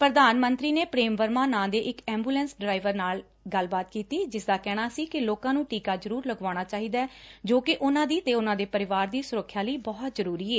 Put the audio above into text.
ਪ੍ਰਧਾਨ ਮੰਤਰੀ ਨੇ ਪ੍ਰੇਮ ਵਰਮਾ ਨਾਂ ਦੇ ਇੱਕ ਐਬੂਲੈਸ ਡਰਾਈਵਰ ਨਾਲ ਹੀ ਗੱਲਬਾਤ ਕੀਤੀ ਜਿਸਦਾ ਕਹਿਣਾ ਸੀ ਲੋਕਾ ਨੂੰ ਟੀਕਾ ਜਰੂਰ ਲਗਵਾਉਣਾ ਚਾਹੀਦੈ ਜੋ ਕਿ ਉਨਾਂ ਦੀ ਅਤੇ ਉਨਾਂ ਦੇ ਪਰਿਵਾਰ ਦੀ ਸੁਰੱਖਿਆ ਲਈ ਬਹੁਤ ਜਰੂਰੀ ਏ